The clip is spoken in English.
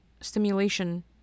stimulation